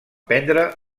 prendre